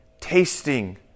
tasting